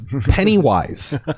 Pennywise